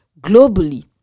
globally